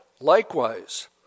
Likewise